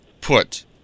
put